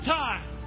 time